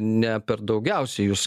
neperdaugiausiai jūs